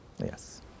yes